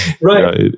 right